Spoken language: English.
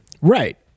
Right